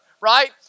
right